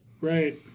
Right